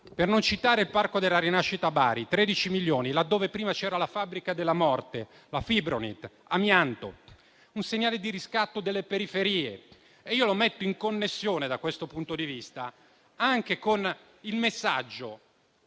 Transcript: secondo è il Parco della rinascita a Bari: 13 milioni, dove prima c'era la fabbrica della morte, la Fibronit, e c'era amianto; un segnale di riscatto delle periferie che metto in connessione, da questo punto di vista, anche con il messaggio